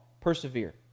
persevere